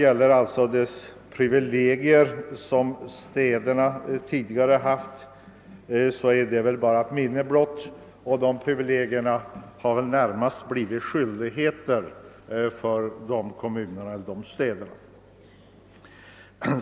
Det har talats om städernas tidigare privilegier, men de är väl nu ett minne blott, och de gamla privilegierna har snarast blivit skyldigheter för städerna.